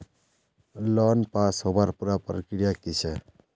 Loan पास होबार पुरा प्रक्रिया की छे?